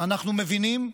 אנחנו מבינים,